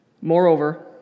Moreover